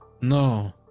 no